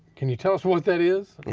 can you tell us what that is?